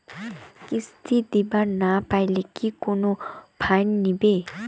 কিস্তি দিবার না পাইলে কি কোনো ফাইন নিবে?